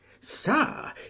sir